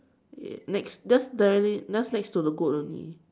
yes next just directly just next to the goat only